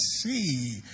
see